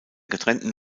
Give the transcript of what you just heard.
getrennten